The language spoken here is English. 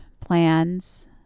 plans